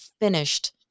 finished